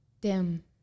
Dim